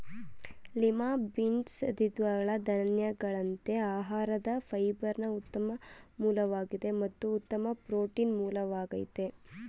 lima beans ದ್ವಿದಳ ಧಾನ್ಯಗಳಂತೆ ಆಹಾರದ ಫೈಬರ್ನ ಉತ್ತಮ ಮೂಲವಾಗಿದೆ ಮತ್ತು ಉತ್ತಮ ಪ್ರೋಟೀನ್ ಮೂಲವಾಗಯ್ತೆ